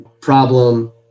Problem